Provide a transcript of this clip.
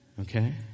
Okay